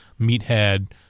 meathead